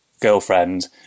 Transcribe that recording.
girlfriend